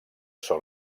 són